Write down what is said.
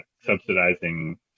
subsidizing